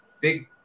big